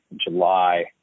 July